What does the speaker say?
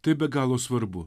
tai be galo svarbu